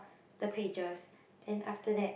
the pages then after that